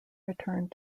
returned